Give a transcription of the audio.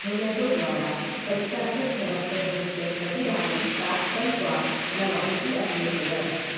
झोमेटो द्वारा पञ्चाशत्सहस्रधनस्य प्रतिदानं प्राप्तं वा न वा इति अन्वेषय